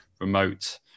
remote